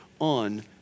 on